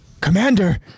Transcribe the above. commander